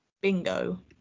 Bingo